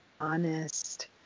honest